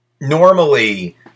Normally